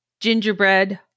gingerbread